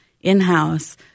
in-house